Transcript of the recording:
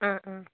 ആ ആ